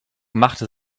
machte